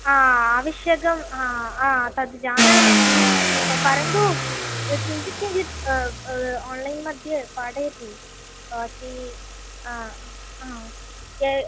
आ आवश्यकं हा आ तद् जानाति प परन्तु कि किञ्चित् किञ्चित् आन्लैन्मध्ये पाठयतु भवती आ आ य